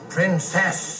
Princess